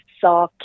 saw